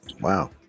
Wow